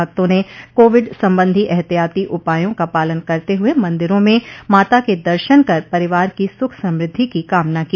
भक्तों ने कोविड संबंधी एहतियाती उपायों का पालन करते हुए मन्दिरों में माता के दर्शन कर परिवार की सुख समृद्धि की कामना की